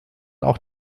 auch